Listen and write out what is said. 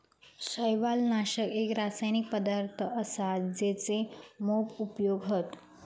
शैवालनाशक एक रासायनिक पदार्थ असा जेचे मोप उपयोग हत